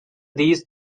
these